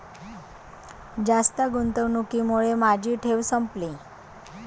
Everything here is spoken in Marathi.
जास्त गुंतवणुकीमुळे माझी ठेव संपली